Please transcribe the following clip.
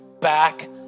back